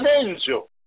angel